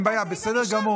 אין בעיה, זה בסדר גמור.